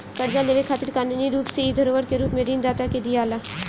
कर्जा लेवे खातिर कानूनी रूप से इ धरोहर के रूप में ऋण दाता के दियाला